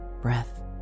breath